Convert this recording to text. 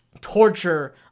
torture